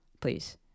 please